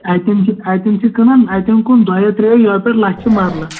اَتٮ۪ن چھِ اَتٮ۪ن چھِ کٕنان اَتٮ۪ن کُن دۄیو ترےٚ یو پٮ۪ٹھ لَچھِ مَرلہٕ